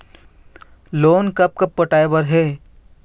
Loan कब कब पटाए बर हे?